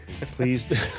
Please